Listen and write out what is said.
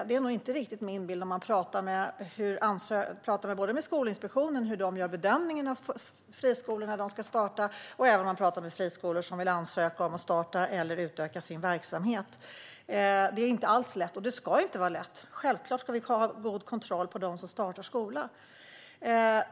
Det är nog inte riktigt min bild när jag har pratat med Skolinspektionen om hur bedömningen görs av friskolor som ska startas. Det gäller också friskolor som ansöker om att starta eller utöka sin verksamhet. Det är inte alls lätt, och det ska ju inte vara lätt. Självklart ska det vara en kontroll av dem som vill starta en skola.